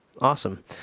Awesome